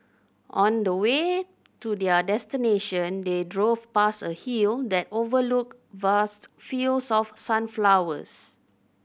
on the way to their destination they drove past a hill that overlooked vast fields of sunflowers